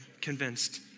convinced